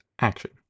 action